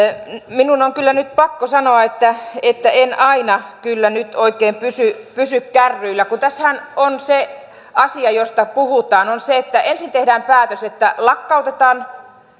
minun on kyllä nyt pakko sanoa että että en aina oikein pysy pysy kärryillä kun tässähän se asia josta puhutaan on se että ensin tehdään päätös että lakkautetaan